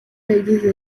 yagize